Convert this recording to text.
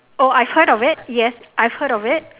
oh I heard of it yes I heard of it